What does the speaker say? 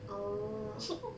orh